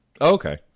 Okay